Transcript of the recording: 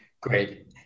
Great